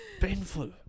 painful